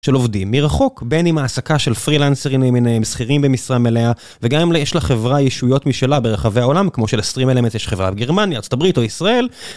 של עובדים מרחוק בין עם העסקה של פרילנסרים מנהים סחירים במשרה מלאה וגם יש לחברה אישויות משלה ברחבי העולם כמו שלסטרים אלמנט יש חברה בגרמניה ארה״ב או ישראל.